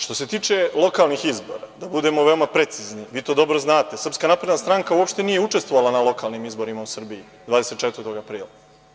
Što se tiče lokalnih izbora, da budemo veoma precizni, vi to dobro znate, Srpska napredna stranka uopšte nije učestvovala na lokalnim izborima u Srbiji 24. aprila.